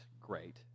great